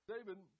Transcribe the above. David